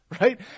right